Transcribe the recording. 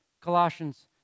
Colossians